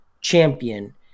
champion